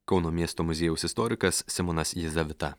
kauno miesto muziejaus istorikas simonas jazavita